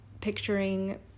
picturing